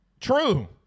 True